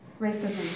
racism